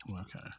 Okay